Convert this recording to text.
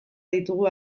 ditugu